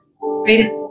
Greatest